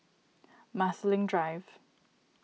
Marsiling Drive